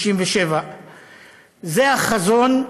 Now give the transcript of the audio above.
67'. זה החזון,